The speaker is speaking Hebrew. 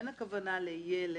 אין הכוונה לילד,